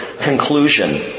conclusion